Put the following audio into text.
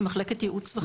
ומחלקת ייעוץ וחקיקה.